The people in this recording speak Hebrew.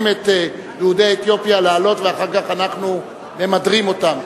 מיהודי אתיופיה לעלות ואחר כך אנחנו ממדרים אותם.